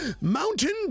Mountain